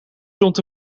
zond